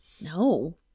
No